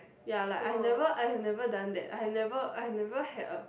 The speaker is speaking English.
ya like I have never I have never done that I have never I have never had a